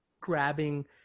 grabbing